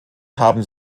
haben